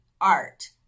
Art